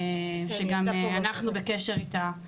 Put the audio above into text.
שגם אנחנו בקשר איתה,